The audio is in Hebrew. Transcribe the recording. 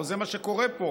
הלוא זה מה שקורה פה,